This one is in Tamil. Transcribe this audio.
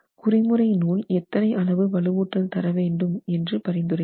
குறிமுறை நூல் எத்தனை அளவு வலுவூட்டல் தரவேண்டும் என்று பரிந்துரைக்கிறது